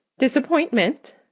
disappointment?